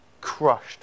crushed